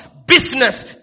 Business